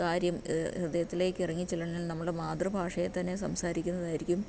കാര്യം ഹൃദയത്തിലേക്കിറങ്ങി ചെല്ലണമെങ്കിൽ നമ്മുടെ മാതൃഭാഷയിൽ തന്നെ സംസാരിക്കുന്നതായിരിക്കും